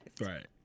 Right